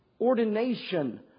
ordination